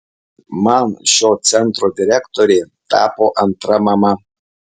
man šio centro direktorė tapo antra mama